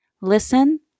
Listen